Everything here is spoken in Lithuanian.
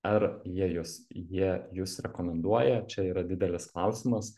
ar jie jus jie jus rekomenduoja čia yra didelis klausimas